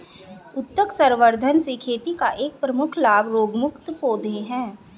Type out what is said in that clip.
उत्तक संवर्धन से खेती का एक प्रमुख लाभ रोगमुक्त पौधे हैं